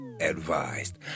advised